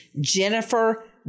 Jennifer